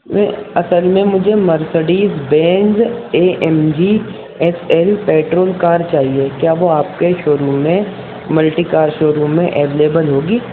یہ اصل میں مجھے Mercedes Benz A M G S L petrol car چاہیے کیا وہ آپ کے شوروم میں ملٹی کار شوروم میں اویلیبل ہوگی